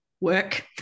work